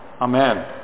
Amen